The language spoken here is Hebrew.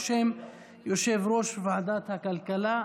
בשם יושב-ראש ועדת הכלכלה.